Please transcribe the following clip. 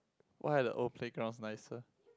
why are the old playgrounds nicer